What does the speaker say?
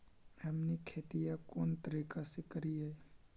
हमनी खेतीया कोन तरीका से करीय?